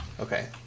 Okay